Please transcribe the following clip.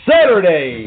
Saturday